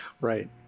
Right